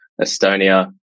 Estonia